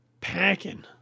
packing